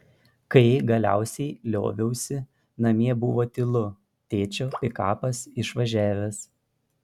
kai galiausiai lioviausi namie buvo tylu tėčio pikapas išvažiavęs